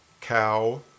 cow